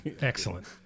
Excellent